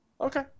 Okay